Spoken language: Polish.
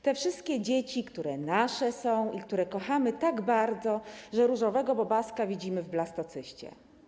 Te wszystkie dzieci, które nasze są i które kochamy tak bardzo, że różowego bobaska widzimy w blastocyście.